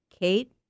Kate